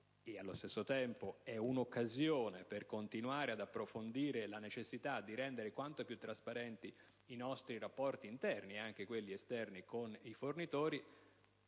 e nello stesso tempo di un'occasione per perseguire la necessità di rendere quanto più trasparenti i nostri rapporti interni, e anche quelli esterni con i fornitori,